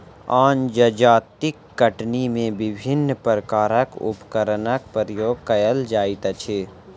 आन जजातिक कटनी मे विभिन्न प्रकारक उपकरणक प्रयोग कएल जाइत अछि